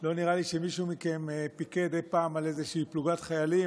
לא נראה לי שמישהו מכם פיקד אי-פעם על איזושהי פלוגת חיילים.